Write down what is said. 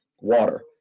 water